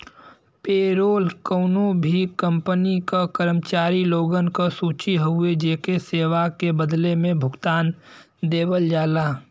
payroll कउनो भी company क कर्मचारी लोगन क सूची हउवे जेके सेवा के बदले में भुगतान देवल जाला